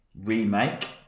remake